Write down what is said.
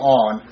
on